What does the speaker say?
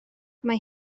mae